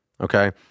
Okay